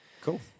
Cool